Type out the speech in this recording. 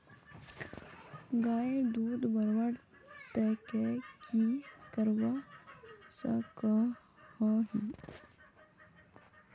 गायेर दूध बढ़वार केते की करवा सकोहो ही?